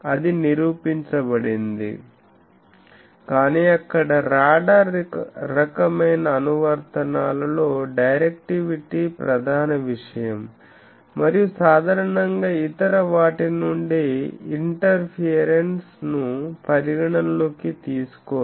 అది నిరూపించబడింది కాని అక్కడ రాడార్ రకమైన అనువర్తనాలలో డైరెక్టివిటీ ప్రధాన విషయం మరియు సాధారణంగా ఇతర వాటి నుండి ఇంటర్ఫేరన్స్ ను పరిగణ లోకి తీసుకోరు